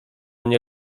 nie